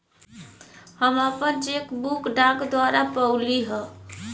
हम आपन cheque book डाक द्वारा पउली है